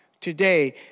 today